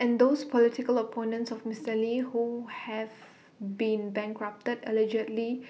and those political opponents of Mister lee who have been bankrupted allegedly